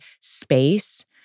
space